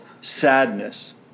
sadness